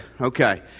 Okay